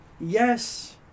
Yes